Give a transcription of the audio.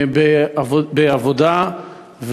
בעבודה,